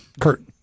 kurt